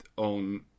on